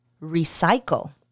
recycle